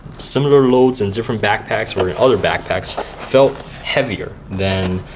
similar loads in different backpacks, or in other backpacks felt heavier than